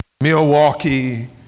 Milwaukee